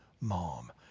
mom